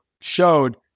showed